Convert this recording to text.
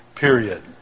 Period